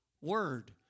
word